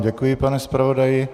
Děkuji vám, pane zpravodaji.